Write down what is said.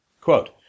Quote